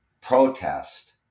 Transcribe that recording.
protest